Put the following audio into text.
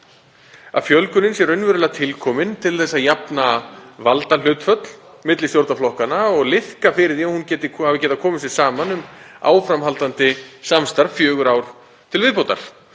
að fjölgunin sé raunverulega til komin til að jafna valdahlutföll milli stjórnarflokkanna og liðka fyrir því að þeir hafi getað komið sér saman um áframhaldandi samstarf fjögur ár til viðbótar.